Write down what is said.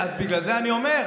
בגלל זה אני אומר,